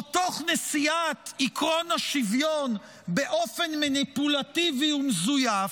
או תוך נשיאת עקרון השוויון באופן מניפולטיבי ומזויף,